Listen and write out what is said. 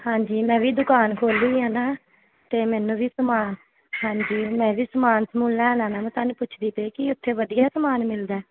ਹਾਂਜੀ ਮੈਂ ਵੀ ਦੁਕਾਨ ਖੋਲ੍ਹੀ ਹੈ ਨਾ ਅਤੇ ਮੈਨੂੰ ਵੀ ਸਮਾਨ ਹਾਂਜੀ ਮੈਂ ਵੀ ਸਮਾਨ ਸਮੂਨ ਲੈਣ ਆਉਣਾ ਵਾ ਤੁਹਾਨੂੰ ਪੁੱਛਦੀ ਪਈ ਕਿ ਇੱਥੇ ਵਧੀਆ ਸਮਾਨ ਮਿਲਦਾ ਹੈ